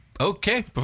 Okay